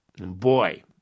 boy